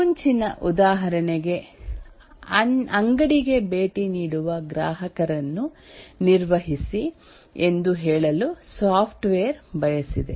ಮುಂಚಿನ ಉದಾಹರಣೆಗೆ ಅಂಗಡಿಗೆ ಭೇಟಿ ನೀಡುವ ಗ್ರಾಹಕರನ್ನು ನಿರ್ವಹಿಸಿ ಎಂದು ಹೇಳಲು ಸಾಫ್ಟ್ವೇರ್ ಬಯಸಿದೆ